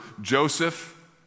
Joseph